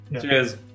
Cheers